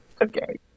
Okay